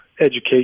education